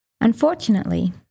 Unfortunately